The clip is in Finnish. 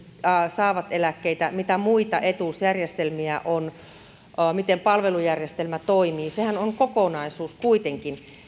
saavat eläkkeitä mitä muita etuusjärjestelmiä on miten palvelujärjestelmä toimii sehän on kokonaisuus kuitenkin